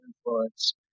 influence